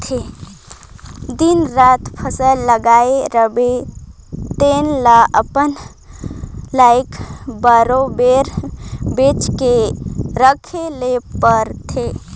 दिन रात फसल लगाए रहिबे तेन ल अपन लइका बरोबेर बचे के रखे ले परथे